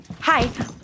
Hi